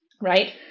Right